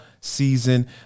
season